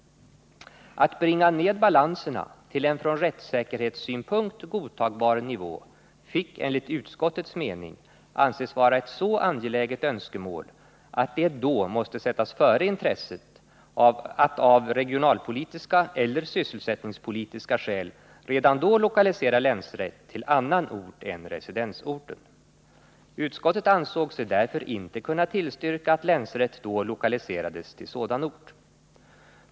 Att bringa ned balanserna till en från rättssäkerhetssynpunkt godtagbar nivå fick, enligt utskottets mening, anses vara ett så angeläget önskemål att det då måste sättas före intresset att av regionalpo Nr 38 litiska eller sysselsättningspolitiska skäl redan då lokalisera länsrätt till annan Tisdagen den ort än residensorten. Utskottet ansåg sig därför inte kunna tillstyrka att 27 november 1979 länsrätt då lokaliserades till sådan ort.